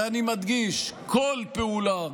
ואני מדגיש, כל פעולה,